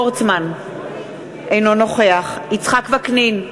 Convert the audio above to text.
אינו נוכח יצחק וקנין,